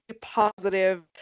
positive